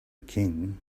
king